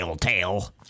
tail